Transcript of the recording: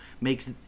makes